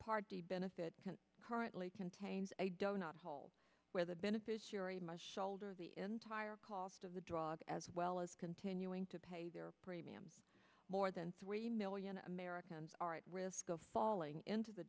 party benefit currently contains a donut hole where the beneficiary my shoulder the entire cost of the drop as well as continuing to pay their premiums more than three million americans are at risk of falling into the